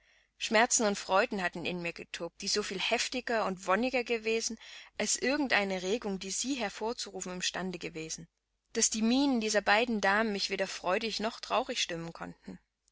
schmerzen und freuden hatten in mir getobt die so viel heftiger und wonniger gewesen als irgend eine regung die sie hervorzurufen imstande gewesen daß die mienen dieser beiden damen mich weder freudig noch traurig stimmen konnten